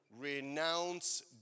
renounce